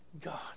God